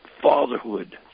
fatherhood